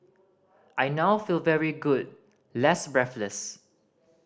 I now feel very good less breathless